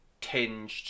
tinged